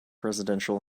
residential